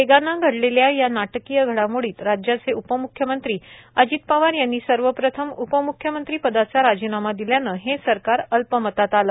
वेगानं घडलेल्या या नाटकीय घडामोडीत राज्याचे उपमुख्यमंत्री अजित पवार यांनी सर्वप्रथम उपमुख्यमंत्री पदाचा राजीनामा दिल्यानं हे सरकार अल्पमतात आलं